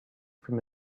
from